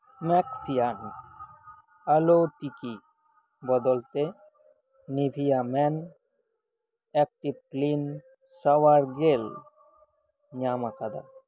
ᱢᱮᱠᱥᱤᱭᱟᱜ ᱟᱞᱳ ᱛᱤᱠᱤ ᱵᱚᱫᱚᱞ ᱛᱮ Nivea men active clean shower gel ᱧᱟᱢ ᱟᱠᱟᱫᱟ